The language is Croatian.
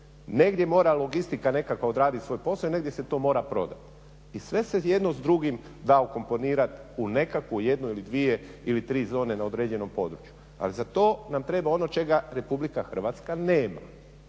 negdje mora logistika odraditi svoj posao i negdje se to mora prodati i sve se jedno s drugim da ukomponirat u nekakvu jednu ili dvije ili tri zone na određenom području ali za to nam treba ono čega RH nema, nema